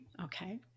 okay